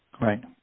Right